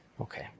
okay